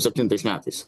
septintais metais